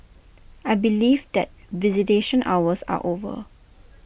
I believe that visitation hours are over